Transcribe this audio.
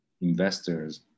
investors